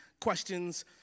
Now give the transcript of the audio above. questions